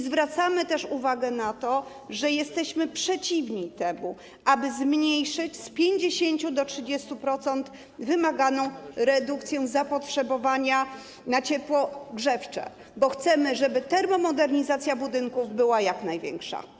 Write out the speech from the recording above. Zwracamy też uwagę na to, że jesteśmy przeciwni temu, aby zmniejszyć z 50 do 30% wymaganą redukcję zapotrzebowania na ciepło grzewcze, bo chcemy, żeby termomodernizacja budynków była na jak największą skalę.